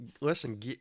Listen